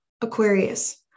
Aquarius